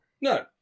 No